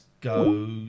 go